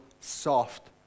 soft